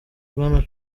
bwana